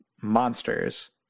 monsters